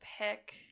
pick